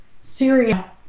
Syria